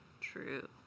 true